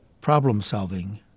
problem-solving